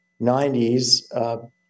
90s